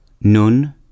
Nun